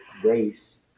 grace